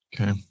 Okay